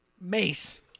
mace